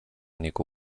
niego